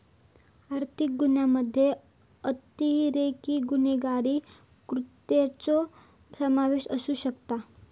आर्थिक गुन्ह्यामध्ये अतिरिक्त गुन्हेगारी कृत्यांचो समावेश असू शकता